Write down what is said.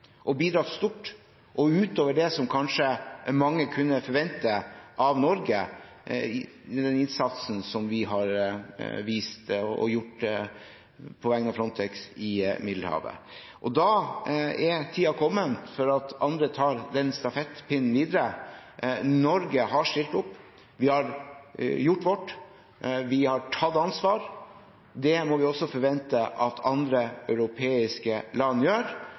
bidratt stort, utover det som kanskje mange kunne forvente av Norge, med den innsatsen vi har vist og gjort på vegne av Frontex i Middelhavet. Da er tiden kommet for at andre tar den stafettpinnen videre. Norge har stilt opp. Vi har gjort vårt. Vi har tatt ansvar. Det må vi også forvente at andre europeiske land gjør.